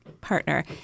partner